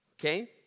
Okay